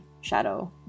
shadow